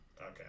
Okay